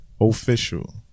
official